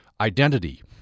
identity